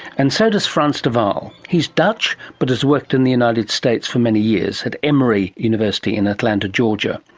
and so does frans de waal. he's dutch, but has worked in the united states for many years at emory university in atlanta, georgia.